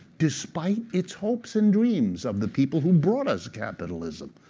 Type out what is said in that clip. despite its hopes and dreams of the people who brought us capitalism,